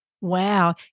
wow